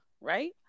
right